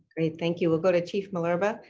thank you, we'll go to chief malerba,